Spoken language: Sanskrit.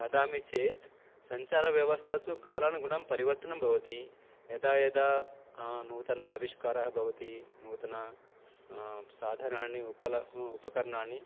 वदामि चेत् सञ्चारव्यवस्था तु कालानुगुणं परिवर्तनं भवति यदा यदा नूतनाः आविष्काराः भवन्ति नूतनानि साधनानि उपल उ उपकरणानि